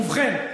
ובכן,